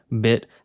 bit